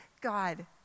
God